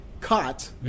caught